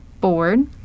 board